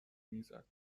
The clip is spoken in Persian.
میزد